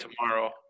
tomorrow